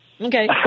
okay